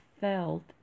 felt